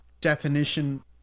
definition